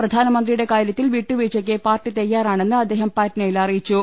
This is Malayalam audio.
പ്രധാനമന്ത്രിയുടെ കാര്യത്തിൽ വിട്ടുവീഴ്ചക്ക് പാർട്ടി തയ്യാറാണെന്ന് അദ്ദേഹം പറ്റ് നയിൽ അറിയിച്ചു